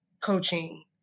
coaching